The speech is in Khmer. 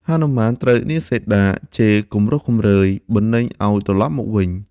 ហនុមានត្រូវនាងសីតាជេរគំរោះគំរើយបណ្តេញឱ្យត្រឡប់មកវិញ។